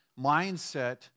mindset